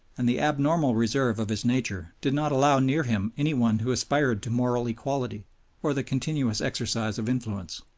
and the abnormal reserve of his nature did not allow near him any one who aspired to moral equality or the continuous exercise of influence.